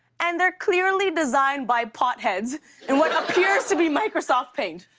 and they're clearly designed by potheads in what appears to be microsoft paint